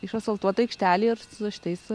išasfaltuota aikštelė ir su šitais